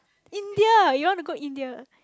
India you want to go India